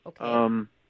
Okay